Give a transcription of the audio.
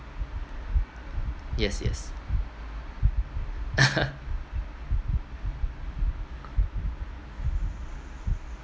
yes yes